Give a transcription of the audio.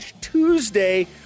Tuesday